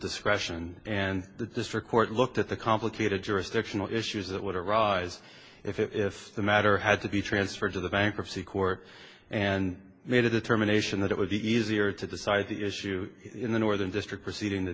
discretion and the district court looked at the complicated jurisdictional issues that would arise if the matter had to be transferred to the bankruptcy court and made a determination that it would be easier to decide the issue in the northern district proceeding th